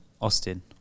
Austin